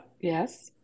yes